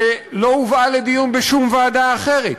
ולא הובאה לדיון בשום ועדה אחרת.